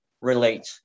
relate